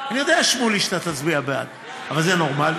אני יודע, שמולי, שאתה תצביע בעד, אבל זה נורמלי?